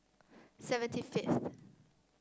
seventy fifth